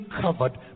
covered